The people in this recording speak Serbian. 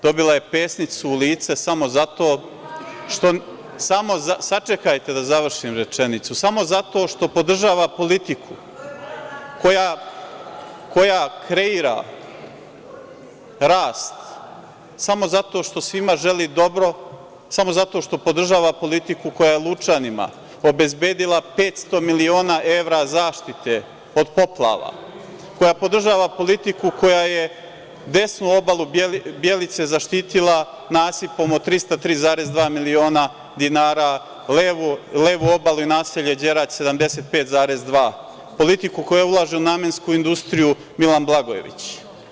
Dobila je pesnicu u lice samo zato što podržava politiku koja kreira rast, samo zato što svima želi dobro, samo zato što podržava politiku koja je Lučanima obezbedila 500 miliona evra zaštite od poplava, koja podržava politiku koja je desnu obalu Bjelice zaštitila nasipom od 303,2 miliona dinara, levu obalu i naselje Đerać 75,2, politiku koja ulaže u namensku industriju „Milan Blagojević“